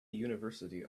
university